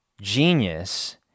genius